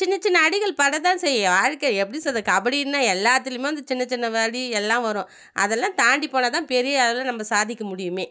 சின்ன சின்ன அடிகள் படத்தான் செய்யும் வாழ்க்கை எப்படி சொல்கிறது கபடின்னால் எல்லாத்துலேயுமே வந்து சின்ன சின்ன வலி எல்லாம் வரும் அதெல்லாம் தாண்டி போனால்தான் பெரிய அளவில் நம்ம சாதிக்க முடியுமே